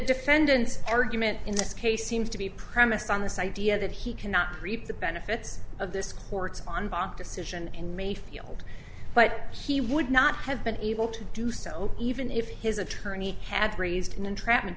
defendant's argument in this case seems to be premised on this idea that he cannot reap the benefits of this court's on bok decision in mayfield but he would not have been able to do so even if his attorney had raised an entrapment